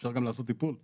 אפשר גם לעשות טיפול בשטח.